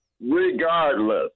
Regardless